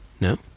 No